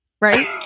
right